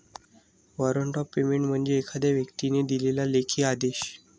warrant of payment म्हणजे एखाद्या व्यक्तीने दिलेला लेखी आदेश